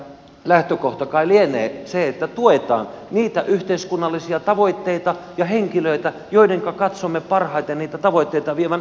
lähtökohta kai lienee se että tuemme niitä yhteiskunnallisia tavoitteita ja henkilöitä joidenka katsomme parhaiten niitä tavoitteita vievän eteenpäin